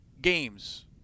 games